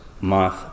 month